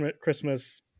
Christmas